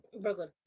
brooklyn